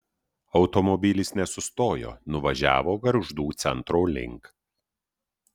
automobilis nesustojo nuvažiavo gargždų centro link